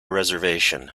reservation